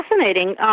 fascinating